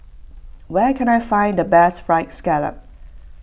where can I find the best Fried Scallop